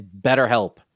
BetterHelp